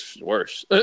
worse